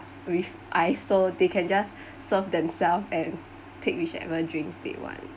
with ice so they can just serve themselves and take whichever drinks they one